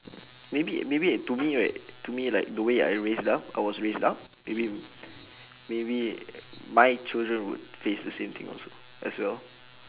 m~ maybe maybe it to me right to me like the way I raised up I was raised up maybe maybe my children would face the same thing also as well